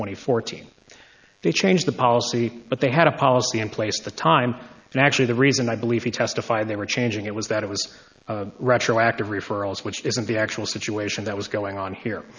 and fourteen they changed the policy but they had a policy in place at the time and actually the reason i believe he testified they were changing it was that it was retroactive referrals which isn't the actual situation that was going on here